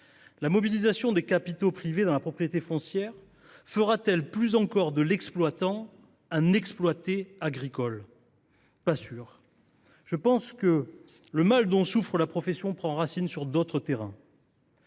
La mobilisation de capitaux privés dans la propriété foncière fera t elle plus encore de l’exploitant un exploité agricole ? Pas sûr ! Je pense que le mal dont souffre la profession prend racine sur d’autres terrains.